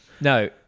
No